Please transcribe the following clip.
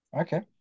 Okay